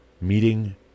meeting